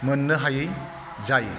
मोननो हायै जायो